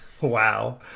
Wow